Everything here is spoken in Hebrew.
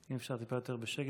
אם אפשר טיפה יותר בשקט.